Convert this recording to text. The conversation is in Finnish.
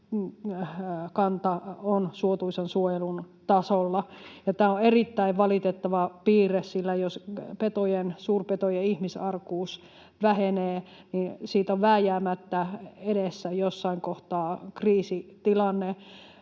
kanta on suotuisan suojelun tasolla. Ja tämä on erittäin valitettava piirre, sillä jos petojen, suurpetojen ihmisarkuus vähenee, niin siitä on vääjäämättä edessä jossain kohtaa kriisitilanne.